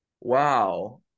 Wow